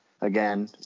Again